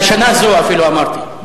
"לשנה זו", אפילו אמרתי.